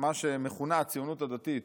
מה שמכונה הציונות הדתית,